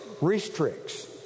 restricts